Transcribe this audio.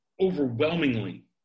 overwhelmingly